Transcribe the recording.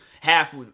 half